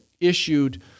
issued